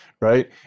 right